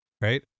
Right